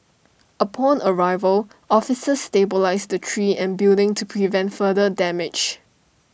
upon arrival officers stabilised tree and building to prevent further damage